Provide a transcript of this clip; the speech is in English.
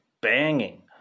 banging